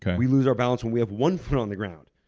and we lose our balance when we have one foot on the ground.